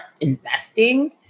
investing